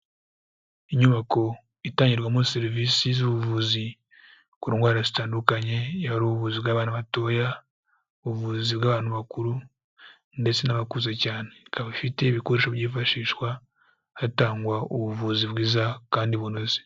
Inyubako itangirwamo serivisi z'ubuvuzi ku ndwara zitandukanye, yaba ari ubuvuzi bw'abana batoya, ubuvuzi bw'abantu bakuru ndetse n'abakuze cyane. Ikaba ifite ibikoresho byifashishwa hatangwa ubuvuzi bwiza kandi bunoze.